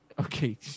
Okay